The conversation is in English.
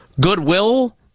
goodwill